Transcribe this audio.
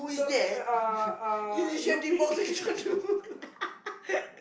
so uh uh